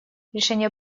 решение